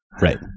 Right